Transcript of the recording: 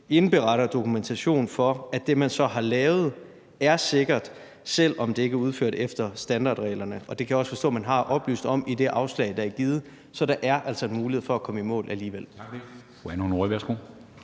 indberetter dokumentation for, at det, som man så har lavet, er sikkert, selv om det ikke er udført efter standardreglerne, og det kan jeg også forstå at man har oplyst om i det afslag, der er givet. Så der er altså mulighed for at komme i mål alligevel.